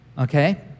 okay